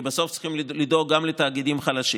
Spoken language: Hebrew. כי בסוף צריך לדאוג גם לתאגידים חלשים.